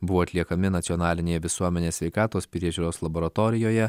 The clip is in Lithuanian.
buvo atliekami nacionalinėje visuomenės sveikatos priežiūros laboratorijoje